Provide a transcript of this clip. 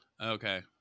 Okay